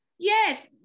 Yes